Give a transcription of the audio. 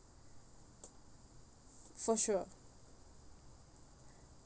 for sure